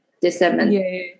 December